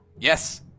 Yes